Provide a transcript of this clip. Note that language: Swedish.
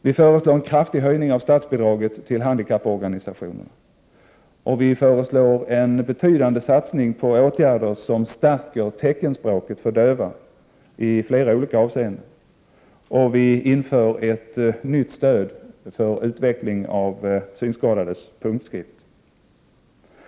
Vi föreslår en kraftig höjning av statsbidraget till handikapporganisationerna, och vi föreslår en betydande satsning på åtgärder som i flera olika avseenden stärker teckenspråket för döva, och vi inför ett nytt stöd för utveckling av synskadades punktskrift.